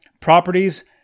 properties